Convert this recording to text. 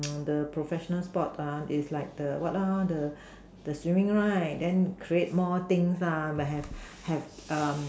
the professional sports ah is like the what lah the the swimming right create more things lah have have um